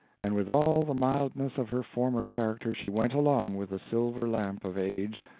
and with all the mildness of her former character she went along with the silver lamp of age,